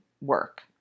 work